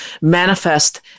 manifest